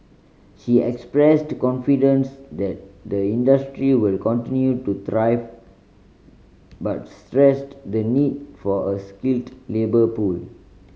she expressed confidence that the industry will continue to thrive but stressed the need for a skilled labour pool